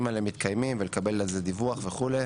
האלה מתקיימים ולקבל על זה דיווח וכו'.